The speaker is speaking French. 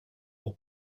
pour